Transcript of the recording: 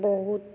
ବହୁତ